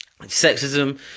Sexism